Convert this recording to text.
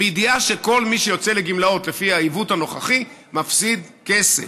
בידיעה שכל מי שיוצא לגמלאות לפי העיוות הנוכחי מפסיד כסף,